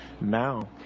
now